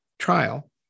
trial